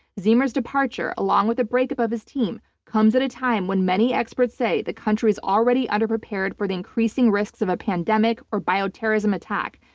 zimmer's departure along with the breakup of his team comes at a time when many experts say the country is already underprepared for the increasing risks of a pandemic or bioterrorism attack.